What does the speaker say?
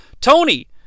Tony